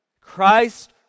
Christ